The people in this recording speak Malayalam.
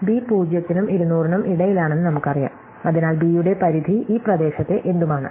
b 0 നും 200 നും ഇടയിലാണെന്ന് നമുക്കറിയാം അതിനാൽ b യുടെ പരിധി ഈ പ്രദേശത്തെ എന്തും ആണ്